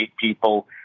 people